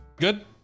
Good